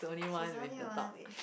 she's only wanna with